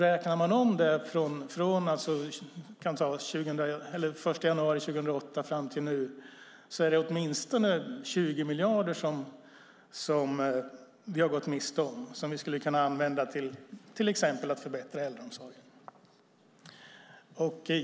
Räknar vi om det från den 1 januari 2008 fram till nu är det åtminstone 20 miljarder som vi har gått miste om som hade kunnat användas till att exempelvis förbättra äldreomsorgen.